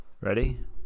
Ready